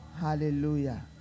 Hallelujah